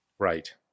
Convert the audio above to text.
Right